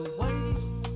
waste